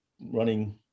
running